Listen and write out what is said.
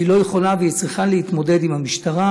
היא לא יכולה והיא צריכה להתמודד עם המשטרה.